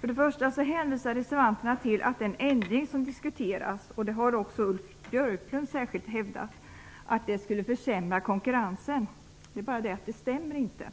Reservanterna hänvisar till att den ändring som diskuteras skulle försämra konkurrensen. Detta har särskilt Ulf Björklund hävdat. Men det stämmer inte.